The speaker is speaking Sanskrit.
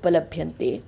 उपलभ्यन्ते